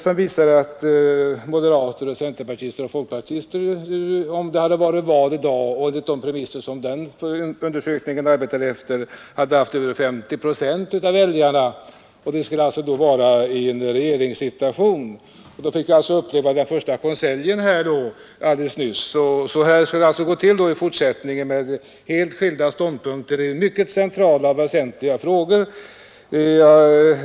Den visar att moderater, centerpartister och folkpartister, om det hade varit val i dag och enligt de premisser som denna undersökning utgått ifrån, skulle ha fått över 50 procent av väljarna. De skulle alltså ha kommit i regeringsställning. Vi har här alldeles nyss fått uppleva den första konseljen. Så skulle det alltså gå till i fortsättningen med helt skilda ståndpunkter i mycket centrala och väsentliga frågor.